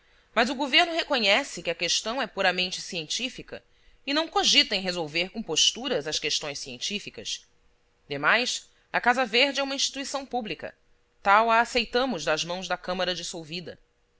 mas o governo reconhece que a questão é puramente científica e não cogita em resolver com posturas as questões científicas demais a casa verde é uma instituição pública tal a aceitamos das mãos da câmara dissolvida